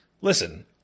listen